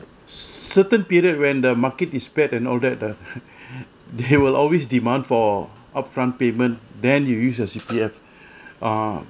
certain period when the market is bad and all that ah they will always demand for upfront payment then you use your C_P_F uh